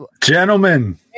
gentlemen